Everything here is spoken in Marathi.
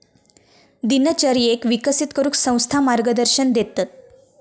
दिनचर्येक विकसित करूक संस्था मार्गदर्शन देतत